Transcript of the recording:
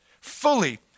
fully